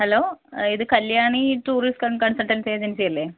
hello ഇത് Kalyani tourist and consultant agency അല്ലെ